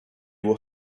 were